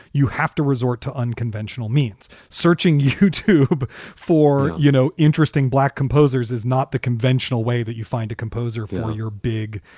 you have to resort to unconventional means. searching youtube for, you know, interesting black composers is not the conventional way that you find a composer for your big,